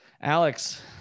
Alex